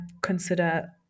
consider